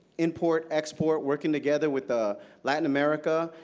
import export, working together with ah latin america,